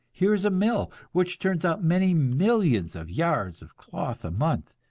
here is a mill which turns out many millions of yards of cloth a month.